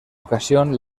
ocasión